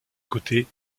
côté